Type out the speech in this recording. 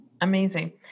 Amazing